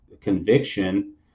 conviction